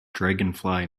dragonfly